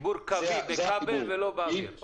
חיבור קווי, בכבל, ולא באוויר.